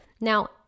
Now